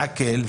לעקל,